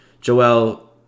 Joel